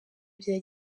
bya